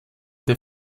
der